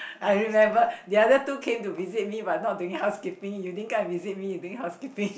I remember the other two came to visit me but not doing housekeeping you didn't come and visit me you doing housekeeping